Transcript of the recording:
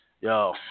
Yo